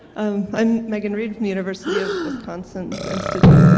i'm megan reed from the university of wisconsin, and so